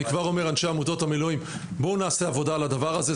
בואו נעשה עבודה על הדבר הזה,